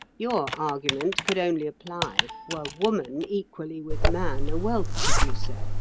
your argument could only apply were woman equally with man a wealth producer.